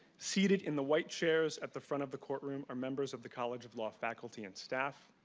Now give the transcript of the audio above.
seated in the white chairs at the front of the courtroom are members of the college of law faculty and staff.